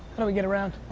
and we get around?